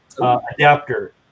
Adapter